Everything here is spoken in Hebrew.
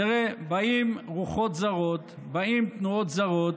תראה, באות רוחות זרות, באות תנועות זרות,